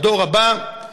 מהדור הבא,